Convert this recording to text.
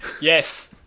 Yes